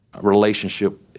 relationship